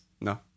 No